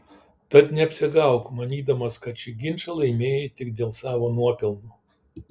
tad neapsigauk manydamas kad šį ginčą laimėjai tik dėl savo nuopelnų